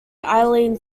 eileen